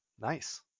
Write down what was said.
nice